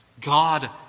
God